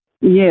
Yes